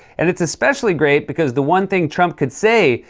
and it's especially great because the one thing trump could say,